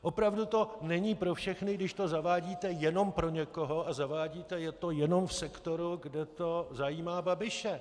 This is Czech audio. Opravdu to není pro všechny, když to zavádíte jenom pro někoho, je to jenom v sektoru, kde to zajímá Babiše.